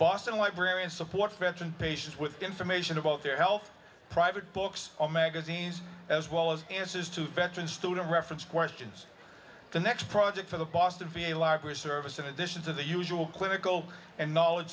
boston librarian support fenton patients with information about their health private books magazines as well as answers to veteran student reference questions the next project for the boston v a locker service in addition to the usual clinical and knowledge